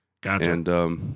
Gotcha